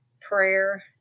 prayer